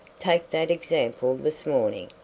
take that example this morning.